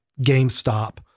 GameStop